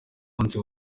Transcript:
adolphe